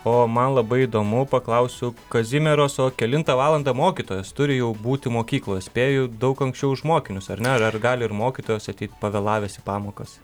o man labai įdomu paklausiu kazimieros o kelintą valandą mokytojas turi būti mokykloje spėju daug anksčiau už mokinius ar ne ar gali ir mokytojas ateit pavėlavęs į pamokas